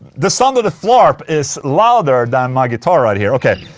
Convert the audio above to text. the sound of the flarp is louder than my guitar right here, okay